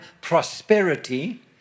prosperity